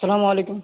سلام علیکم